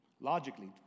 Logically